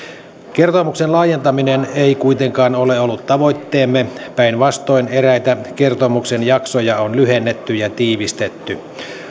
kertomuksen laajentaminen ei kuitenkaan ole ollut tavoitteemme päinvastoin eräitä kertomuksen jaksoja on lyhennetty ja tiivistetty